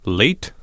late